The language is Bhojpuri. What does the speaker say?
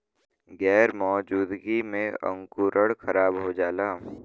गैर मौजूदगी में अंकुरण खराब हो जाला